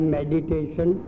Meditation